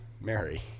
Mary